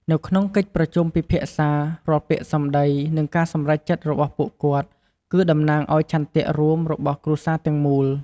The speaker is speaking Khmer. នៅក្នុងកិច្ចប្រជុំពិភាក្សា រាល់ពាក្យសម្ដី និងការសម្រេចចិត្តរបស់ពួកគាត់ គឺតំណាងឱ្យឆន្ទៈរួមរបស់គ្រួសារទាំងមូល។